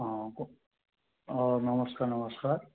অঁ ক অঁ নমস্কাৰ নমস্কাৰ